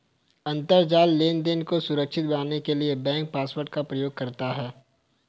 अंतरजाल लेनदेन को सुरक्षित बनाने के लिए बैंक पासवर्ड का प्रयोग करता है